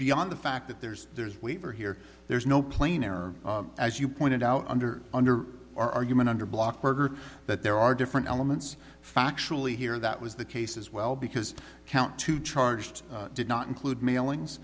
beyond the fact that there's there's waiver here there's no plane or as you pointed out under under our argument under block order that there are different elements factually here that was the case as well because count two charged did not include mailings